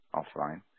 offline